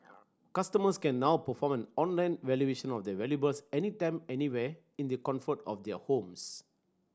customers can now perform an online valuation of their valuables any time anywhere in the comfort of their homes